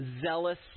zealous